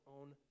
own